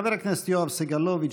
חבר הכנסת יואב סגלוביץ',